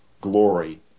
glory